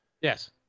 Yes